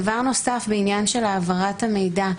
דבר נוסף בעניין של העברת המידע,